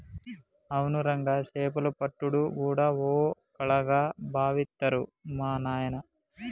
అవును రంగా సేపలు పట్టుడు గూడా ఓ కళగా బావిత్తరు మా నాయిన